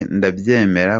ndabyemera